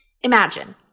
Imagine